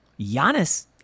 Giannis